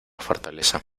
fortaleza